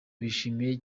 bishimiye